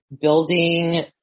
building